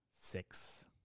Six